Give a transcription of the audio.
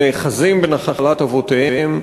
נאחזים בנחלת אבותיהם,